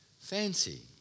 Fancy